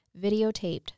videotaped